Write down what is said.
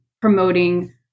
promoting